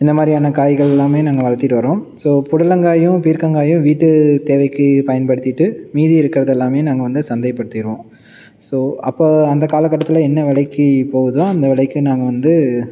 இந்த மாதிரியான காய்கள் எல்லாம் நாங்கள் வளர்த்திட்டு வர்றோம் ஸோ புடலங்காயும் பீர்க்கங்காயும் வீட்டு தேவைக்கு பயன்படுத்திகிட்டு மீதி இருக்கிறதெல்லாம் நாங்கள் வந்து சந்தை படுத்திடுவோம் ஸோ அப்போ அந்த காலகட்டத்தில் என்ன விலைக்கி போகுதோ அந்த விலைக்கி நாங்கள் வந்து